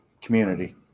Community